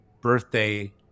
birthday